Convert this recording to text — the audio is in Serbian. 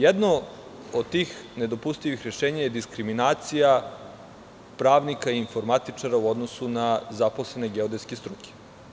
Jedno od tih nedopustivih rešenja je diskriminacija pravnika i informatičara u odnosu na zaposlene geodetske struke.